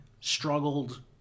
Struggled